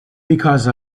because